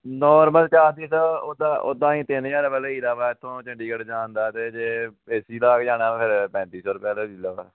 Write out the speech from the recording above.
normal charges ਉੱਦਾਂ ਉੱਦਾਂ ਅਸੀਂ ਤਿੰਨ ਹਜ਼ਾਰ ਰੁਪਇਆ ਲਈ ਦਾ ਵਾ ਇੱਥੋਂ ਚੰਡੀਗੜ੍ਹ ਜਾਣ ਦਾ ਅਤੇ ਜੇ ਏ ਸੀ ਲਾ ਕੇ ਜਾਣਾ ਫਿਰ ਪੈਂਤੀ ਸੌ ਰੁਪਇਆ ਲੈ ਲਈ ਦਾ ਵਾ